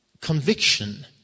conviction